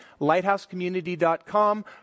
lighthousecommunity.com